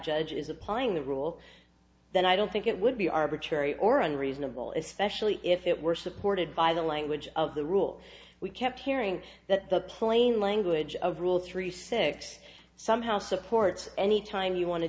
judge is applying the rule then i don't think it would be arbitrary or unreasonable is special if it were supported by the language of the rule we kept hearing that the plain language of rule three six somehow supports any time you want to